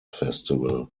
festival